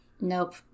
Nope